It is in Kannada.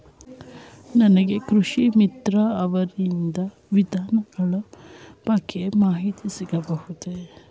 ನಮಗೆ ಕೃಷಿ ಮಿತ್ರ ಅವರಿಂದ ವಿಧಾನಗಳ ಬಗ್ಗೆ ಮಾಹಿತಿ ಸಿಗಬಹುದೇ?